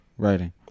Writing